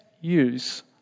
use